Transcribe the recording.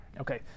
okay